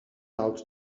out